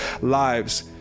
lives